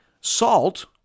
Salt